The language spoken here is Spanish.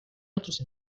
otros